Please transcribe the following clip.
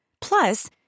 Plus